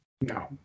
No